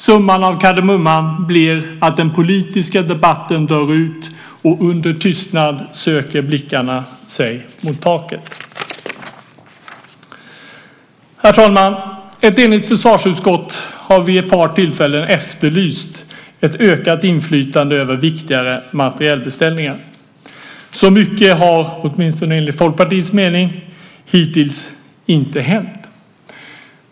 Summan av kardemumman blir att den politiska debatten dör ut. Under tystnad söker blickarna sig mot taket. Herr talman! Ett enigt försvarsutskott har vid ett par tillfällen efterlyst ett ökat inflytande över viktigare materielbeställningar. Så särskilt mycket har, åtminstone enligt Folkpartiets mening, hittills inte hänt.